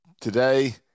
Today